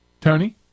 Tony